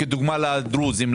כדוגמה לדרוזים,